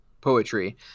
poetry